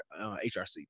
HRC